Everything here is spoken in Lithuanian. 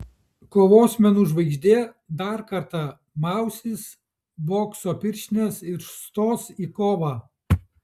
kovos menų žvaigždė dar kartą mausis bokso pirštines ir stos į kovą